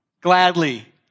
gladly